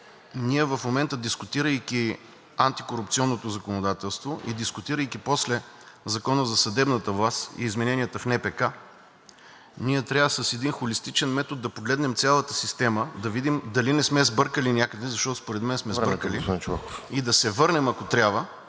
че в момента, дискутирайки антикорупционното законодателство и дискутирайки после Закона за съдебната власт и измененията в НПК, трябва с един холистичен метод да погледнем цялата система, да видим дали не сме сбъркали някъде, защото според мен сме сбъркали… ПРЕДСЕДАТЕЛ РОСЕН